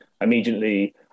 Immediately